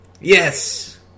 Yes